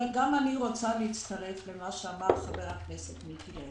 אבל גם אני רוצה להצטרף למה שאמר חבר הכנסת מיקי לוי.